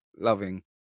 loving